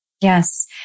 Yes